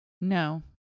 no